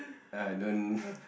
uh don't